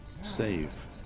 Save